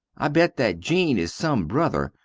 i bet that jean is some brother,